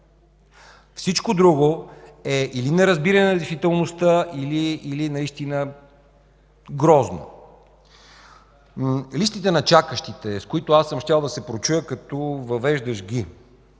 Всичко друго е или неразбиране на действителността, или наистина грозно. Листите на чакащите, с които аз съм щял да се прочуя като въвеждащ ги.